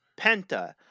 Penta